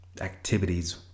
activities